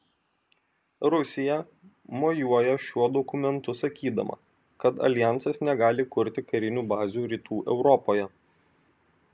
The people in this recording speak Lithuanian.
rusija mojuoja šiuo dokumentu sakydama kad aljansas negali kurti karinių bazių rytų europoje